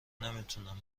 نمیتونم